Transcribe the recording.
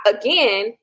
again